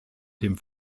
dem